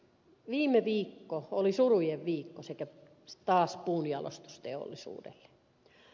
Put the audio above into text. viime viikko oli surujen viikko taas puunjalostusteollisuudelle